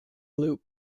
loop